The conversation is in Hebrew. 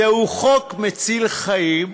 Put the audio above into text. זהו חוק מציל חיים,